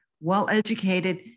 well-educated